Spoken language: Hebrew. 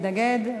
מתנגד.